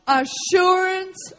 assurance